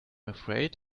afraid